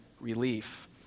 Relief